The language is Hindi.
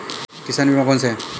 किसान बीमा कौनसे हैं?